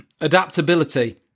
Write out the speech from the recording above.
adaptability